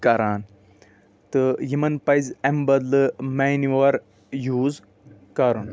کران تہٕ یِمن پَزِ اَمہِ بدلہٕ مینور یوٗز کَرُن